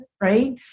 right